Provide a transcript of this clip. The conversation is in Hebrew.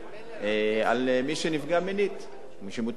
על מי שנפגע מינית, מי שמוטרד מינית.